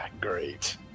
Great